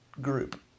group